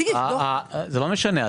זה לא משנה,